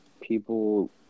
people